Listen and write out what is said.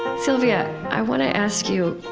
sylvia, i want to ask you,